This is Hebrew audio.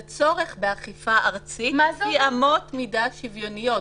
זה "צורך באכיפה ארצית לפי אמות מידה שיוויוניות",